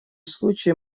случае